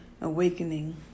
awakening